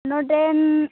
ᱱᱚᱸᱰᱮᱱ